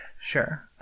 Sure